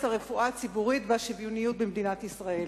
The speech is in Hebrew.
הרפואה הציבורית והשוויוניות במדינת ישראל.